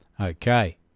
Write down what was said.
Okay